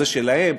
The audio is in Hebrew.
זה שלהם",